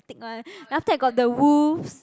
thick one then after that got the wolves